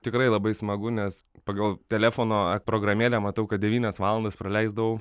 tikrai labai smagu nes pagal telefono programėlę matau kad devynias valandas praleisdavau